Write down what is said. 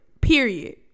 Period